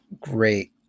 great